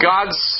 God's